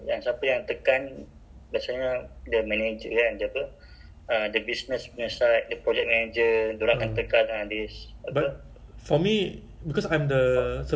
it means that the the app is ongoing ah you understand like it's not a project ah that means the project already finish that means it's live ah live product being used by users ah